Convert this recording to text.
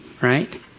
right